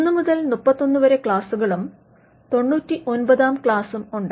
1 മുതൽ 31 വരെ ക്ലാസുകളും 99 താം ക്ലാസ്സും ഉണ്ട്